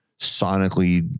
sonically